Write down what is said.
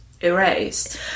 erased